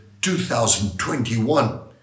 2021